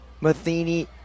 Matheny